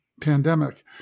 pandemic